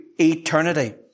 eternity